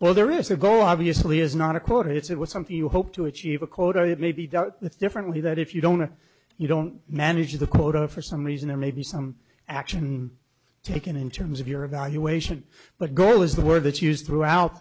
well there is a goal obviously is not a quote it's it was something you hope to achieve a quota of maybe doubt if differently that if you don't or you don't manage the quota for some reason there may be some action taken in terms of your evaluation but girl is the word that's used throughout